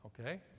Okay